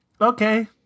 okay